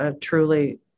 truly